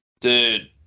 Dude